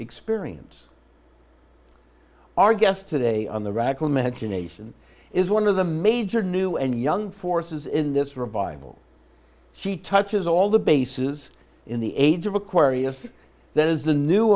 experience our guest today on the radical imagination is one of the major new and young forces in this revival she touches all the bases in the age of aquarius that is the new